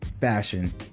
fashion